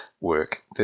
work